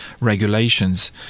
regulations